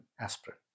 aspirin